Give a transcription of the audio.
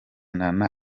nana